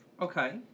Okay